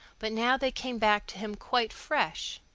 but now they came back to him quite fresh,